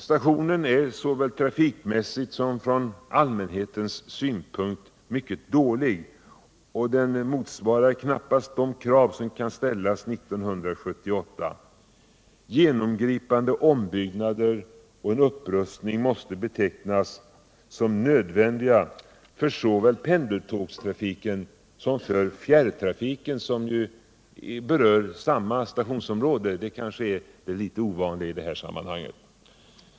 Stationen är såväl trafik mässigt som från allmänhetens synpunkt mycket dålig och motsvarar knappast de krav som kan ställas 1978. Genomgripande ombyggnader och en upprustning måste betecknas som nödvändiga såväl för pendeltågstrafiken som för fjärrtrafiken som ju berör samma stationsområde, vilket kanske är litet ovanligt i sammanhanget.